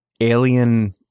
Alien